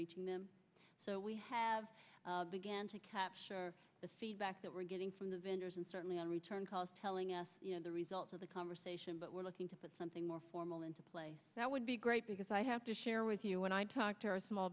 reaching them so we have began to capture the feedback that we're getting from the vendors and certainly in return calls telling us the results of the conversation but we're looking to put something more formal into place that would be great because i have to share with you when i talk to our small